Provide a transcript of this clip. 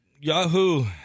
Yahoo